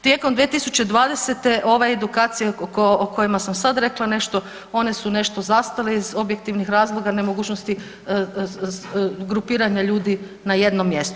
Tijekom 2020. ova edukacija o kojima sam sad rekla nešto one su nešto zastale iz objektivnih razloga nemogućnosti grupiranja ljudi na jednom mjestu.